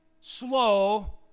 slow